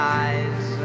eyes